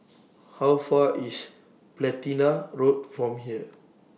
How Far IS Platina Road from here